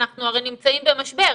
אנחנו הרי נמצאים במשבר,